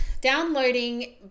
downloading